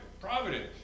providence